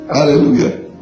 Hallelujah